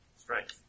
Strength